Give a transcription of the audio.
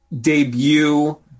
debut